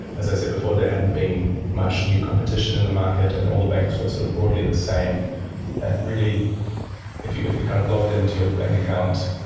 as i said before, there hadn't been much new competition in the market and all the banks were sort of broadly the same and, really if you if you kind of logged in to your bank account,